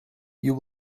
you